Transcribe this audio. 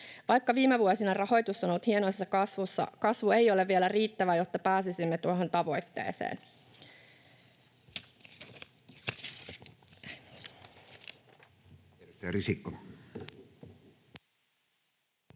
Vaikka viime vuosina rahoitus on ollut hienoisessa kasvussa, kasvu ei ole vielä riittävää, jotta pääsisimme tuohon tavoitteeseen.